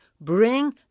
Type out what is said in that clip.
Bring